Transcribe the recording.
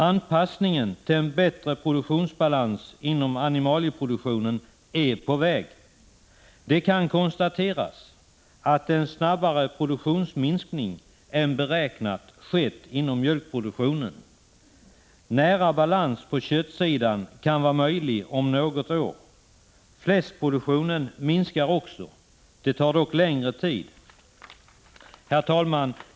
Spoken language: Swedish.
Anpassningen till bättre produktionsbalans inom animalieproduktionen är på väg. Det kan konstateras att en snabbare produktionsminskning än beräknat skett inom mjölkproduktionen. Nära balans på köttsidan kan vara möjlig om något år. Fläskproduktionen minskar också. Det tar dock längre tid. Herr talman!